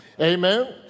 Amen